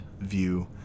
view